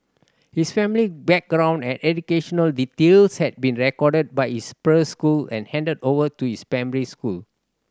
his family background and educational details had been recorded by his preschool and handed over to his primary school